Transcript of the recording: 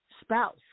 spouse